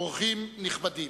אורחים נכבדים,